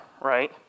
right